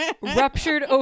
Ruptured